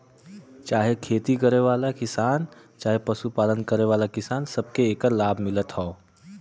चाहे खेती करे वाला किसान चहे पशु पालन वाला किसान, सबके एकर लाभ मिलत हौ